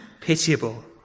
pitiable